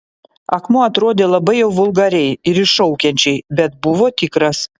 akmuo atrodė labai jau vulgariai ir iššaukiančiai bet buvo tikras